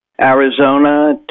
Arizona